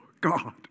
God